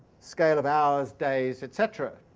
scale of hours, days etc.